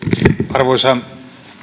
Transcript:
arvoisa